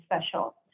special